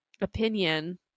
opinion